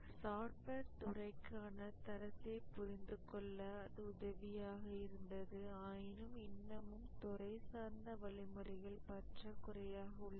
software துறைக்கான தரத்தை புரிந்து கொள்ள அது உதவியாக இருந்தது ஆயினும் இன்னமும் துறை சார்ந்த வழிமுறைகள் பற்றாக்குறையாக உள்ளது